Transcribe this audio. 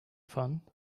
fun